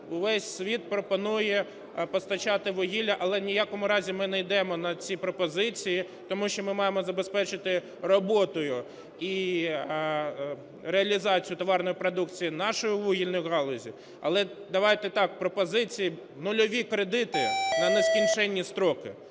увесь світ пропонує постачати вугілля, але ні в якому разі ми не йдемо на ці пропозиції, тому що ми маємо забезпечити роботою і реалізацію товарної продукції наші вугільні галузі. Але, давайте так, пропозиції, нульові кредити на нескінчені строки,